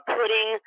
putting